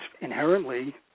inherently